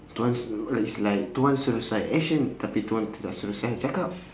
tuan it's like tuan suruh saya action tapi tuan tidak suruh saya cakap